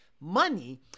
money